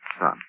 son